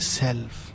self